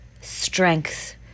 strength